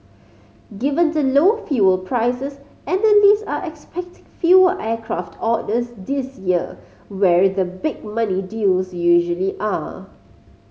given the low fuel prices analyst are expecting fewer aircraft orders this year where the big money deals usually are